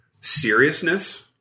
Seriousness